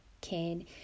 kid